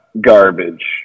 garbage